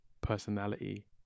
personality